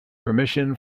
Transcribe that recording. permission